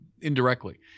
indirectly